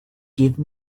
give